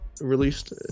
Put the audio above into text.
released